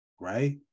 right